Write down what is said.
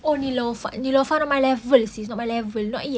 oh neelofa neelofa not my level sis not my level not yet